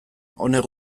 honek